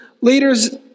leaders